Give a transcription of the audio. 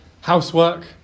Housework